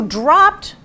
dropped